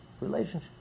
relationship